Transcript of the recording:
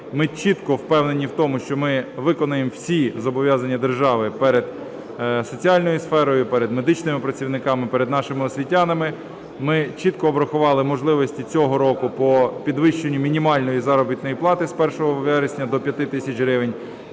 Ми чітко впевнені в тому, що ми виконаємо всі зобов'язання держави перед соціальною сферою, перед медичними працівниками, перед нашими освітянами. Ми чітко обрахували можливості цього року по підвищенню мінімальної заробітної плати з 1 вересня до 5 тисяч гривень.